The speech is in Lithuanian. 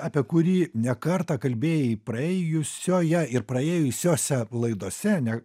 apie kurį ne kartą kalbėjai praėjusioje ir praėjusiose laidose ne